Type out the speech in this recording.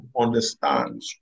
understand